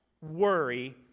worry